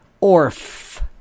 Orf